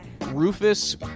Rufus